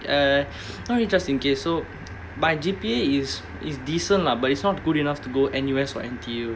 err not really just in case so my G_P_A is is decent lah but it's not good enough to go N_U_S or N_T_U